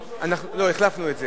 לא, החלפנו את זה,